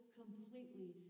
completely